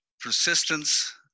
persistence